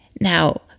Now